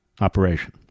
operation